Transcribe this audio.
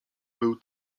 był